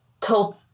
told